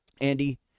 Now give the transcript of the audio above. Andy